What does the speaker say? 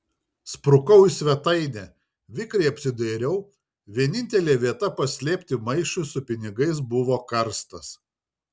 sprukau į svetainę vikriai apsidairiau vienintelė vieta paslėpti maišui su pinigais buvo karstas